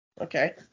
Okay